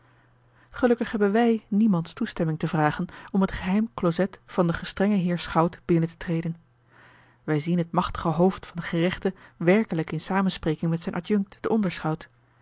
gelukkig hebben wij niemands toestemming te vragen om het geheim closet van den gestrengen heer schout binnen te treden wij zien het machtige hoofd van den gerechte werkelijk in samenspreking met zijn adjunct den onderschout